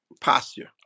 posture